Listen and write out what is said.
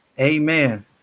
Amen